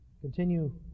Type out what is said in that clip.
continue